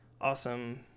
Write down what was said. awesome